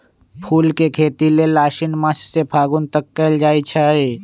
फूल के खेती लेल आशिन मास से फागुन तक कएल जाइ छइ